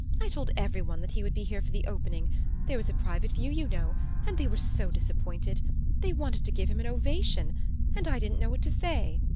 i told every one that he would be here for the opening there was a private view, you know and they were so disappointed they wanted to give him an ovation and i didn't know what to say.